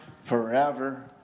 forever